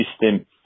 system